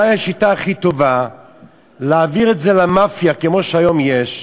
אולי השיטה הכי טובה היא להעביר את זה למאפיה כמו שהיום יש,